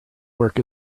work